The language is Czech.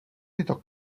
tyto